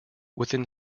within